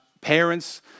parents